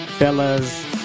Fellas